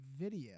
video